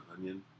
Onion